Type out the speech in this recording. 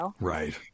Right